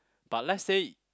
but let's say